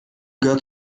gehört